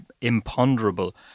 imponderable